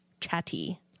chatty